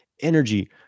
energy